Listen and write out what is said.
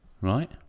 Right